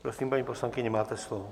Prosím, paní poslankyně, máte slovo.